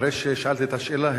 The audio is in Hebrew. אחרי ששאלתי את השאלה,